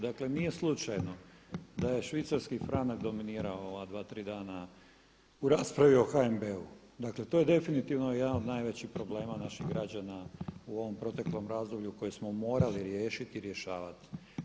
Dakle nije slučajno da je švicarski franak dominirao ova dva, tri dana u raspravi o HNB-u, dakle to je definitivno jedan od najvećih problema naših građana u ovom proteklom razdoblju koje smo morali riješiti i rješavati.